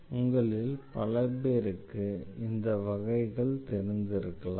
உங்களில் பல பேருக்கு இந்த வகைகள் தெரிந்திருக்கலாம்